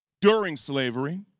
during slavery